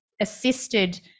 assisted